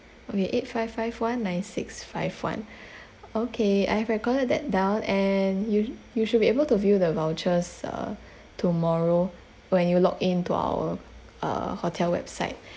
okay eight five five one nine six five one okay I've recorded that down and you you should be able to view the vouchers err tomorrow when you log in to our uh hotel website